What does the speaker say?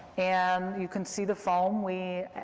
and you can see the foam. we,